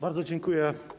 Bardzo dziękuję.